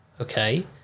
Okay